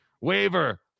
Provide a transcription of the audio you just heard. Waiver